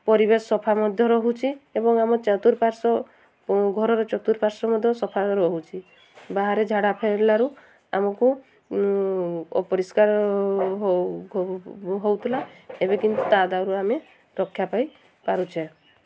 ପରିବେଶ ସଫା ମଧ୍ୟ ରହୁଛି ଏବଂ ଆମ ଚତୁର୍ପାର୍ଶ୍ଵ ଘରର ଚତୁର୍ପାର୍ଶ୍ଵ ମଧ୍ୟ ସଫା ରହୁଚି ବାହାରେ ଝାଡ଼ା ଫେରିଲାରୁ ଆମକୁ ଅପରିଷ୍କାର ହେଉଥିଲା ଏବେ କିନ୍ତୁ ତା ଦାଉରୁ ଆମେ ରକ୍ଷା ପାଇ ପାରୁଛେ